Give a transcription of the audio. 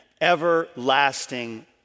everlasting